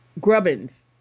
grubbins